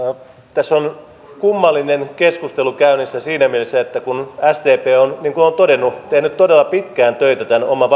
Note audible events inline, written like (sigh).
tässä on kummallinen keskustelu käynnissä siinä mielessä että kun sdp niin kuin olen todennut on tehnyt todella pitkään töitä tämän oman (unintelligible)